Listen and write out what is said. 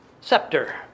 scepter